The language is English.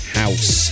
house